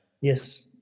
Yes